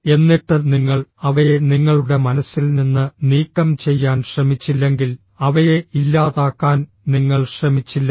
എന്നിട്ട് നിങ്ങൾ അവയെ നിങ്ങളുടെ മനസ്സിൽ നിന്ന് നീക്കം ചെയ്യാൻ ശ്രമിച്ചില്ലെങ്കിൽ അവയെ ഇല്ലാതാക്കാൻ നിങ്ങൾ ശ്രമിച്ചില്ലെങ്കിൽ